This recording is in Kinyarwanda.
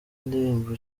indirimbo